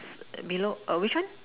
below which one